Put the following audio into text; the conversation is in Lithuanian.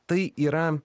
tai yra